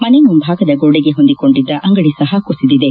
ಮನೆ ಮುಂಭಾಗದ ಗೋಡೆಗೆ ಹೊಂದಿಕೊಂಡಿದ್ದ ಅಂಗಡಿ ಸಹ ಕುಸಿದಿದೆ